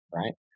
right